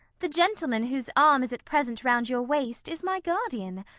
the gentleman whose arm is at present round your waist is my guardian,